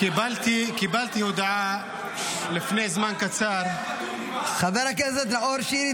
קיבלתי הודעה לפני זמן קצר ------ חבר הכנסת נאור שירי,